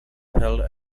held